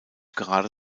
gerade